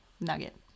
nugget